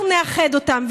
אנחנו נאחד אותן.